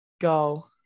Go